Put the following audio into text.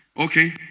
okay